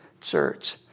church